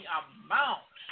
amount